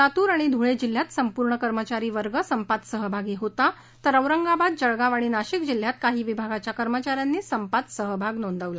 लातुर आणि धुळे जिल्ह्यात संपूर्ण कर्मचारी वर्ग संपात सहभागी होता तर औरंगाबाद जळगाव आणि नाशिक जिल्ह्यात काही विभागाच्या कर्मचा यांनी संपात सहभाग नोंदवला